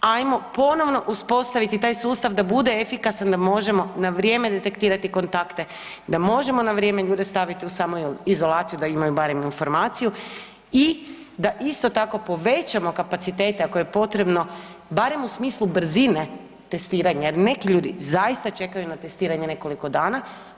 Hajmo ponovno uspostaviti taj sustav da bude efikasan da možemo na vrijeme detektirati kontakte, da možemo na vrijeme ljude staviti u samoizolaciju da imaju barem informaciju i da isto tako povećamo kapacitete ako je potrebno barem u smislu brzine testiranja, jer neki ljudi zaista čekaju na testiranje nekoliko dana.